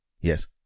yes